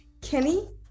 Kenny